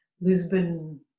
Lisbon